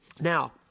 Now